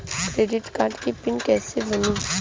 Credit card के PIN कैसे बनी?